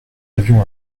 avions